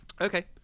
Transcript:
Okay